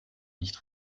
nicht